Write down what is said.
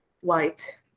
white